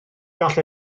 gall